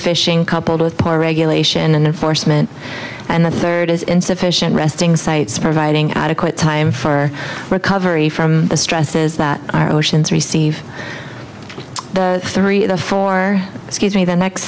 fishing coupled with poor regulation and enforcement and the third is insufficient resting sites providing adequate time for recovery from the stresses that our oceans receive three of the four excuse me the next